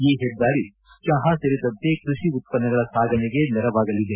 ಈ ಹೆದ್ದಾರಿ ಚಪಾ ಸೇರಿದಂತೆ ಕೃಷಿ ಉತ್ಪನ್ನಗಳ ಸಾಗಣೆಗೆ ನೆರವಾಗಲಿದೆ